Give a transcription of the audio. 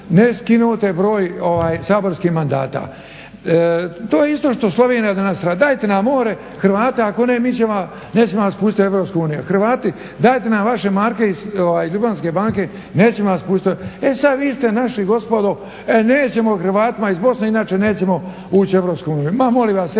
ne skinete broj saborskih mandata. To je isto što Slovenija danas radi, dajte nam more Hrvati, ako ne nećemo vas pustiti u Europsku uniju. Hrvati dajte nam vaše marke iz Ljubljanske banke, nećemo vas pustit. E sad vi ste našli gospodo, nećemo Hrvatima iz Bosne inače nećemo ući u Europsku uniju. Ma molim vas